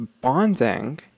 bonding